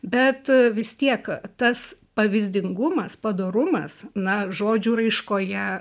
bet vis tiek tas pavyzdingumas padorumas na žodžių raiškoje